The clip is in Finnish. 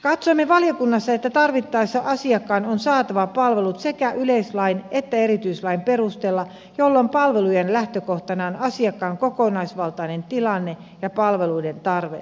katsoimme valiokunnassa että tarvittaessa asiakkaan on saatava palvelut sekä yleislain että erityislain perusteella jolloin palvelujen lähtökohtana on asiakkaan kokonaisvaltainen tilanne ja palveluiden tarve